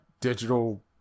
digital